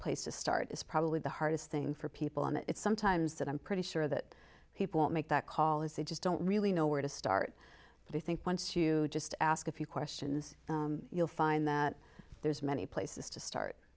place to start is probably the hardest thing for people and it's sometimes that i'm pretty sure that people won't make that call as they just don't really know where to start but i think once you just ask a few questions you'll find that there's many places to start